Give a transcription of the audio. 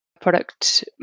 product